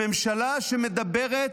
בממשלה שמדברת,